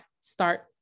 start